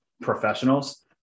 professionals